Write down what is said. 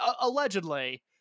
allegedly